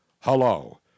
Hello